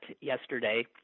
yesterday